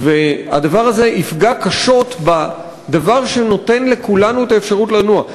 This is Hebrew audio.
והדבר הזה יפגע קשות בדבר שנותן לכולנו את האפשרות לנוע.